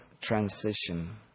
transition